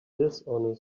dishonest